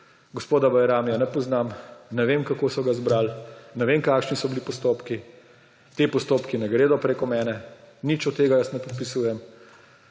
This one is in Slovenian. Gospoda Bajramija ne poznam, ne vem, kako so ga izbrali, ne vem, kakšni so bili postopki, ti postopki ne gredo preko mene, nič od tega jaz ne podpisujem.